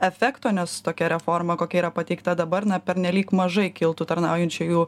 efekto nes tokia reforma kokia yra pateikta dabar na pernelyg mažai kiltų tarnaujančiųjų